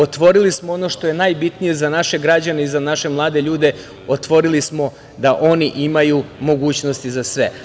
Otvorili smo ono što je najbitnije za naše građane i za naše mlade ljude, otvorili smo da oni imaju mogućnosti za sve.